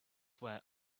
where